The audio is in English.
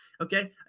Okay